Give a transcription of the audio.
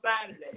Saturday